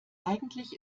eigentlich